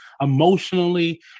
emotionally